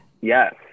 yes